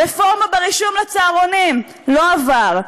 רפורמה ברישום לצהרונים, לא עבר,